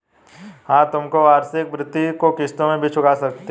हाँ, तुम वार्षिकी भृति को किश्तों में भी चुका सकते हो